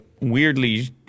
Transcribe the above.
weirdly